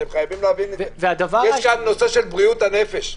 זה גם בריאות הנפש.